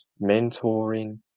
mentoring